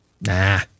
Nah